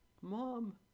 Mom